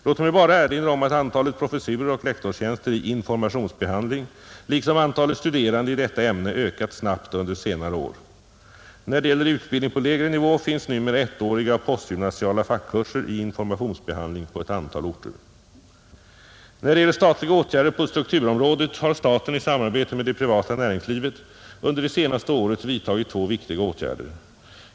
Låg mig bara erinra om att antalet professurer och lektorstjänster i informationsbehandling liksom antalet studerande i detta ämne ökat snabbt under senare år. När det gäller utbildning på lägre nivå finns numera ettåriga postgymnasiala fackkurser i informationsbehandling på ett antal orter. När det gäller statliga åtgärder på strukturområdet har staten i samarbete med det privata näringslivet under det senaste året vidtagit två viktiga åtgärder.